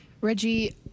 Reggie